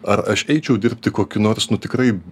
ar aš eičiau dirbti kokį nors nu tikrai